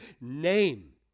name